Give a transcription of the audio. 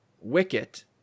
Wicket